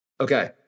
Okay